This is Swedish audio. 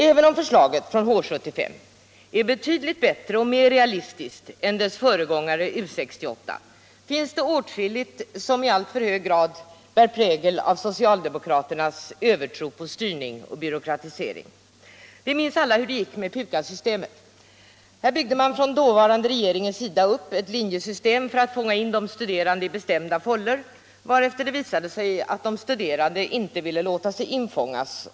Även om förslaget från H 75 är betydligt bättre och mer realistiskt än dess föregångare U 68, finns det åtskilligt som i alltför hög grad bär prägel av socialdemokraternas övertro på styrning och byråkratisering. Vi minns alla hur det gick med PUKAS systemet. Här byggde man från dåvarande regeringens sida upp ett linjesystem för att fånga in de studerande i bestämda fållor, varefter det visade sig att de studerande inte ville låta sig infångas.